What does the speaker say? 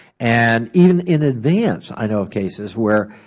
and even in advance, i know of cases where